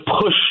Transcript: push